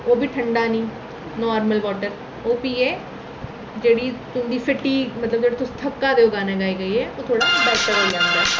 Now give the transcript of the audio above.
ओह् बी ठंडा नेईं नार्मल वाटर ओह् पीयै जेह्ड़ी तुं'दी फटीक मतलब जेह्ड़ा तुस थक्का दे ओ गाना गाई गाहियै ओह् थोह्ड़ा ठीक होई जंदा